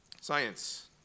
science